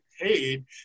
paid